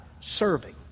Serving